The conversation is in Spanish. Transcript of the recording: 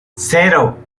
cero